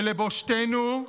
ולבושתנו,